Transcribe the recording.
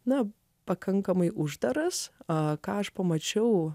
na pakankamai uždaras o ką aš pamačiau